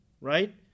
right